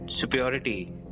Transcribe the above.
superiority